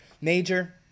major